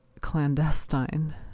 clandestine